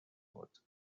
بود